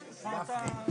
מקבלים.